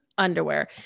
underwear